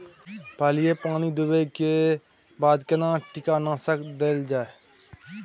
पहिले पानी देबै के बाद केना कीटनासक देल जाय?